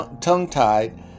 tongue-tied